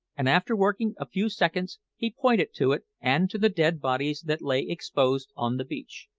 and after working a few seconds, he pointed to it and to the dead bodies that lay exposed on the beach.